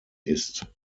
ist